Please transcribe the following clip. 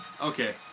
Okay